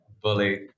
bully